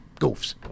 goofs